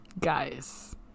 Guys